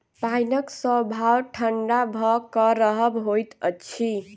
पाइनक स्वभाव ठंढा भ क रहब होइत अछि